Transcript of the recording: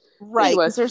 Right